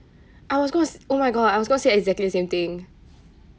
I was gonna s~ oh my god I was gonna say exactly the same thing